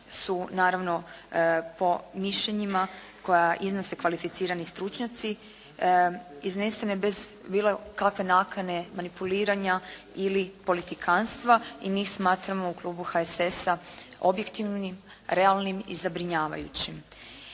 su naravno po mišljenjima koja iznose kvalificirani stručnjaci iznesene bez bilo kakve nakane manipuliranja ili politikanstva i njih smatramo u Klubu HSS-a objektivnim, realnim i zabrinjavajućim.